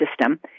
system